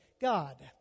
God